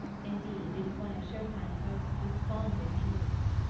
indeed, it is one of chopin's most desponding moods.